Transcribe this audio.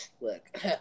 look